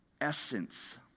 essence